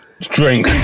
Drink